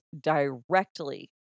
directly